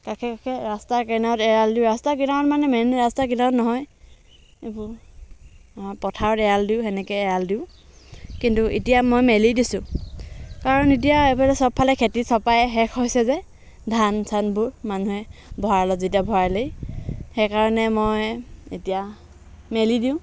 কাষে কাষে ৰাস্তাৰ কিনাৰত এৰাল দিওঁ ৰাস্তাৰ কিনাৰত মানে মেইন ৰাস্তাৰ কিনাৰত নহয় এইবোৰ পথাৰত এৰাল দিওঁ তেনেকৈ এৰাল দিওঁ সেনেকৈ এৰাল দিওঁ কিন্তু এতিয়া মই মেলি দিছোঁ কাৰণ এতিয়া এইফালে চবফালে খেতি চপাই শেষ হৈছে যে ধান চানবোৰ মানুহে ভঁৰালত যেতিয়া ভৰালেই সেইকাৰণে মই এতিয়া মেলি দিওঁ